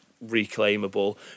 reclaimable